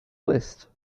list